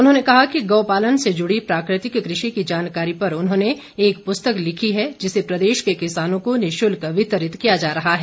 उन्होंने कहा कि गौ पालन से जुड़ी प्राकृतिक कृषि की जानकारी पर उन्होंने एक पुस्तक लिखी है जिसे प्रदेश के किसानों को निशुल्क वितरित किया जा रहा है